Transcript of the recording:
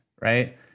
right